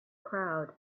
crowd